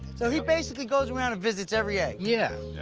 so he basically goes around and visits every egg? yeah.